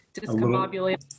discombobulated